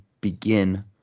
begin